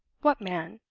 what man?